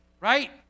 right